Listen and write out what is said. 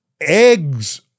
Eggs